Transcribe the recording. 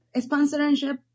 sponsorship